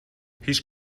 هیچ